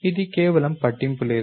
ఇది కేవలం పట్టింపు లేదు